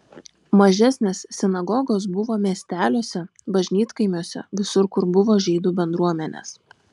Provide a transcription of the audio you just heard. mažesnės sinagogos buvo miesteliuose bažnytkaimiuose visur kur buvo žydų bendruomenės